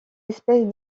espèces